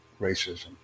racism